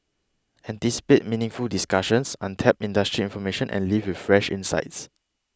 anticipate meaningful discussions untapped industry information and leave with fresh insights